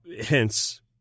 Hence